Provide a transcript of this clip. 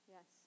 Yes